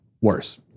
worse